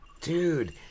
dude